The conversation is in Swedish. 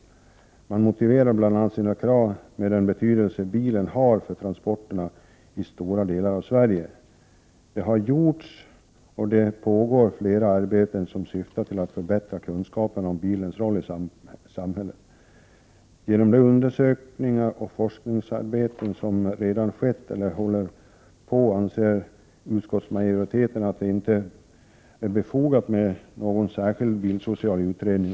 1988/89:105 motiverar sina krav bl.a. med den betydelse bilen har för transporterna i stora delar av Sverige. Det har gjorts — och det pågår — flera arbeten som syftar till att förbättra kunskaperna om bilens roll i samhället. Genom de undersökningar och forskningsarbeten som redan skett eller håller på att ske anser utskottsmajoriteten att det inte är befogat med någon särskild bilsocial utredning.